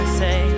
say